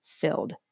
filled